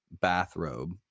bathrobe